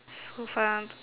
so far